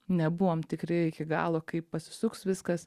nebuvom tikri iki galo kaip pasisuks viskas